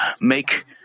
make